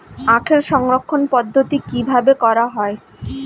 আখের সংরক্ষণ পদ্ধতি কিভাবে করা হয়?